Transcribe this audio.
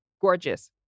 gorgeous